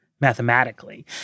mathematically